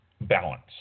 balance